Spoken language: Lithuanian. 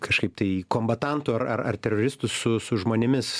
kažkaip tai kombatantų ar ar ar artileristų su su žmonėmis